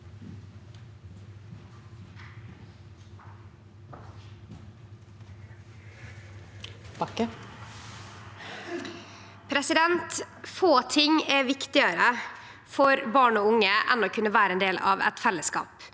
Få ting er vik- tigare for barn og unge enn å kunne vere ein del av eit fellesskap.